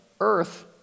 earth